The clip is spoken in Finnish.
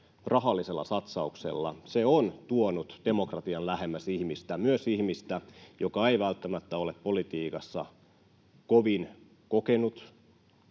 rahallisella satsauksella, on tuonut demokratian lähemmäs ihmistä, myös ihmistä, joka ei välttämättä ole politiikassa kovin kokenut,